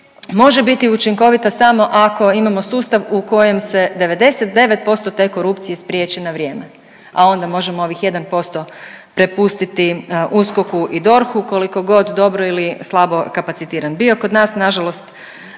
može biti učinkovita samo ako imamo sustav u kojem se 99% te korupcije spriječi na vrijeme, a onda možemo ovih 1% prepustiti USKOK-u i DORH-u koliko god dobro ili slabo kapacitiran bio. Kod nas na žalost